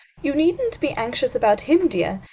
you needn't be anxious about him, dear.